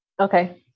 Okay